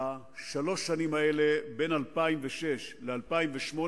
בשלוש שנים האלה, בין 2006 ל-2008,